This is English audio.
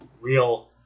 real